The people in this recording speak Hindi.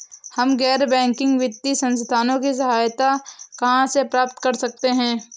हम गैर बैंकिंग वित्तीय संस्थानों की सहायता कहाँ से प्राप्त कर सकते हैं?